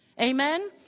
Amen